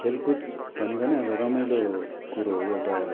खेलकुद भनेको नै अब रमाइलो कुरो हो एउटा